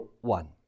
one